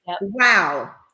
Wow